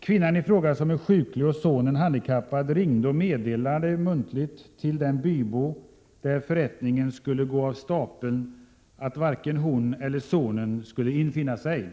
Kvinnan i fråga — hon är sjuklig och sonen handikappad —- ringde och meddelade muntligt till den bybo hos vilken förrättningen skulle gå av stapeln att varken hon eller sonen skulle infinna sig.